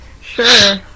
Sure